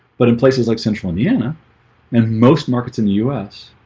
but in places like central, indiana and most markets in the us